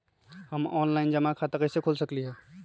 हम ऑनलाइन जमा खाता कईसे खोल सकली ह?